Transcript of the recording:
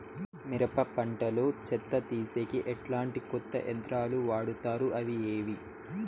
మిరప పంట లో చెత్త తీసేకి ఎట్లాంటి కొత్త యంత్రాలు వాడుతారు అవి ఏవి?